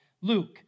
Luke